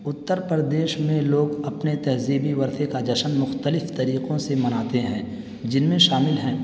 اتر پردیش میں لوگ اپنے تہذیبی ورثے کا جشن مختلف طریقوں سے مناتے ہیں جن میں شامل ہیں